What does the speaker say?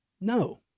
No